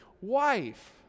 wife